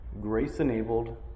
grace-enabled